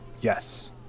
yes